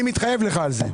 אני מתחייב לך על זה.